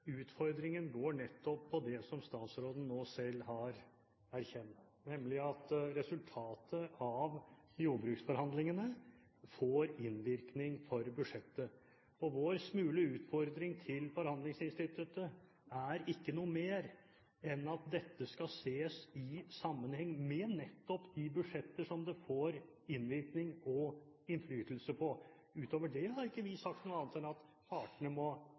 Utfordringen går nettopp på det som statsråden nå selv har erkjent: nemlig at resultatet av jordbruksforhandlingene får innvirkning for budsjettet. Vår smule utfordring til forhandlingsinstituttet er ikke noe mer enn at dette skal ses i sammenheng med nettopp de budsjetter som det får innvirkning og innflytelse på. Utover det har ikke vi sagt noe annet enn at partene må